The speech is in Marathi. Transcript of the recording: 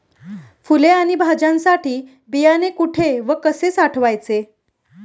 फुले आणि भाज्यांसाठी बियाणे कुठे व कसे साठवायचे?